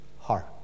heart